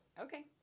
Okay